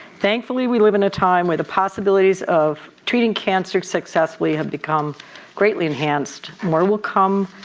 thankfully we live in a time where the possibilities of treating cancer successfully have become greatly enhanced, more will come.